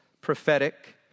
prophetic